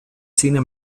cine